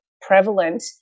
prevalent